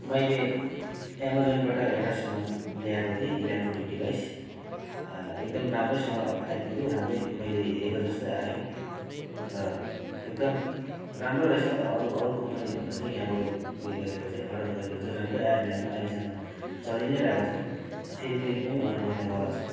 मैले अमाजनबाट एउटा सामान ल्याएको थिएँ इलेक्ट्रोनिक डिभाइस र एकदम राम्रैसँग आइपुग्यो राम्रै मैले हेरेको जस्तै आयो र एकदम राम्रो रहेछ अरू अरू कम्पनीभन्दा चाहिँ यहाँबाट उयो गरेको चाहिँ अर्डर गरेको चाहिँ राम्रै आयो मेरोमा अहिलेसम्म चलिनै रहेको छ फेरि फेरि पनि अर्डर गर्ने वाला छु